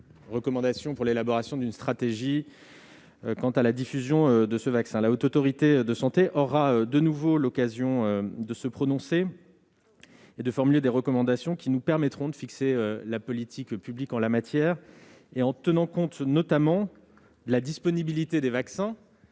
recommandations pour l'élaboration d'une stratégie quant à la diffusion de ce vaccin. Elle aura de nouveau l'occasion de se prononcer et de formuler des recommandations qui nous permettront de définir la politique publique en la matière en tenant compte notamment de la disponibilité des vaccins.